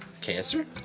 Cancer